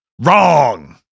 wrong